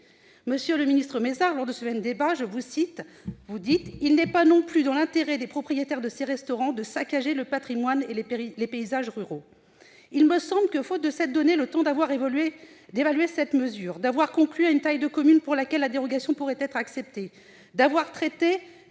Monsieur le ministre Mézard, lors de ce même débat, vous avez dit :« Il n'est pas non plus dans l'intérêt des propriétaires de ces restaurants de saccager le patrimoine et les paysages ruraux. » Il me semble que, faute de s'être donné le temps d'évaluer cette mesure, de conclure à une taille de commune pour laquelle la dérogation pourrait être acceptée, de traiter